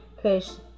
Cause